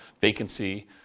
vacancy